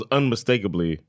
unmistakably